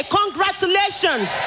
congratulations